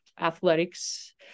athletics